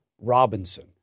Robinson